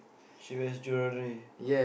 she has jewellery